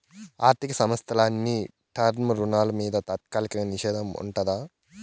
ఆర్థిక సంస్థల అన్ని టర్మ్ రుణాల మింద తాత్కాలిక నిషేధం ఉండాదట